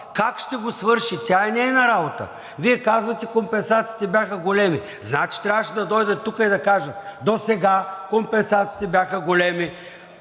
Как ще го свърши тя, е нейна работа. Вие казвате „компенсациите бяха големи“. Значи, трябваше да дойдат тук и да кажат – досега компенсациите бяха големи,